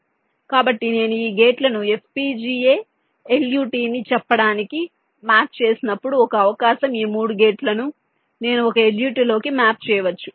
కాబట్టి నేను ఈ గేట్లను FPGA LUT అని చెప్పడానికి మ్యాప్ చేసినప్పుడు ఒక అవకాశం ఈ మూడు గేట్లు ను నేను ఒక LUT లోకి మ్యాప్ చేయవచ్చు ఎందుకు